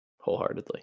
wholeheartedly